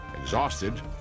Exhausted